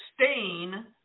stain